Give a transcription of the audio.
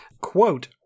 Quote